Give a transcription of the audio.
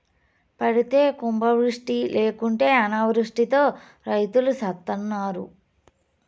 పడితే కుంభవృష్టి లేకుంటే అనావృష్టితో రైతులు సత్తన్నారు